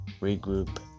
regroup